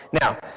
Now